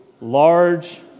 large